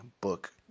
book